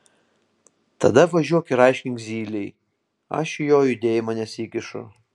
tada važiuok ir aiškink zylei aš į jo judėjimą nesikišu